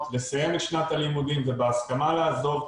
לסיים את שנת הלימודים ובהסכמה לעזוב,